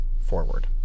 forward